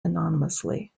anonymously